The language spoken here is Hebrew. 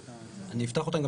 אני אפתח אותן.